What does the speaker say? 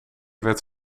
werd